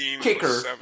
kicker